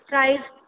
price